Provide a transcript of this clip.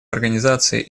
организации